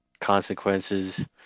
consequences